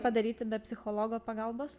padaryti be psichologo pagalbos